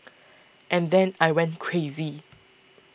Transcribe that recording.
and then I went crazy